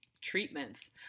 treatments